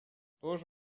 тоже